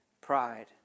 Pride